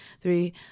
three